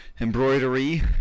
embroidery